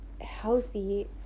healthy